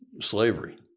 slavery